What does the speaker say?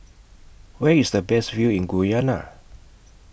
Where IS The Best View in Guyana